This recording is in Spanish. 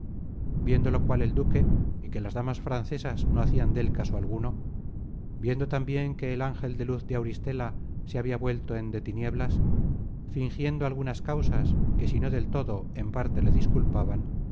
viendo lo cual el duque y que las damas francesas no hacian dél caso alguno viendo tambien que el ángel de luz de auristela se habia vuelto en de tinieblas fingiendo algunas causas que si no del todo en parte le disculpaban